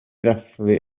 ddathlu